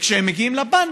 וכשהם מגיעים לבנק,